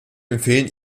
empfehlen